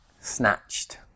snatched